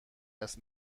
است